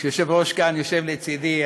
כשהיושב-ראש יושב כאן לצדי,